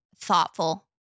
thoughtful